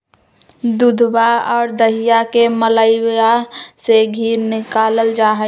दूधवा और दहीया के मलईया से धी निकाल्ल जाहई